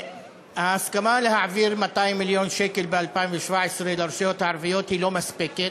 ההסכמה להעביר 200 מיליון שקל ב-2017 לרשויות הערביות היא לא מספקת.